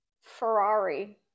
Ferrari